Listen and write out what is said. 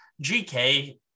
GK